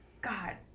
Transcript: God